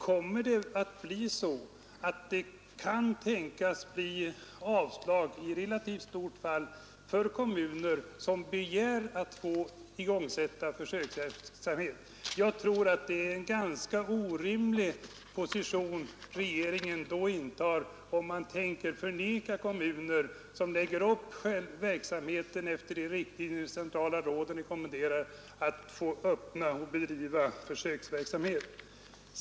Jag vill också fråga statsrådet: Kan det tänkas bli avslag i relativt många fall för kommuner som begär att få sätta i gång försöksverksamhet? Jag tror att regeringen intar en ganska orimlig position om den nekar kommuner att lägga upp verksamheten efter de riktlinjer som de centrala råden rekommenderar för att bedriva försöksverksamhet.